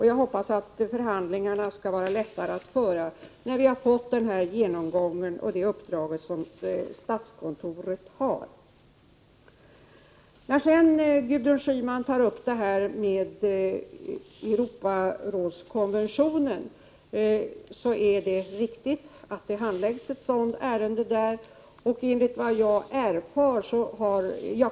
Jag hoppas att förhandlingarna skall vara lättare att föra när vi sett resultatet av den genomgång och det uppdrag som statskontoret har. Gudrun Schyman tar upp Europarådskommissionen. Det är riktigt att det handläggs ett ärende av den här typen där.